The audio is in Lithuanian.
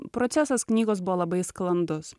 procesas knygos buvo labai sklandus